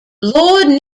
lord